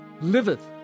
liveth